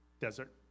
Desert